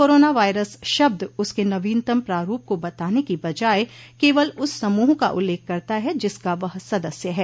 corona virus शब्द उसके नवीनतम प्रारूप को बताने की बजाय केवल उस समूह का उल्लेख करता है जिसका वह सदस्य है